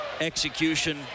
execution